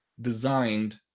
designed